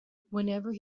whenever